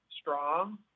strong